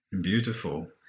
beautiful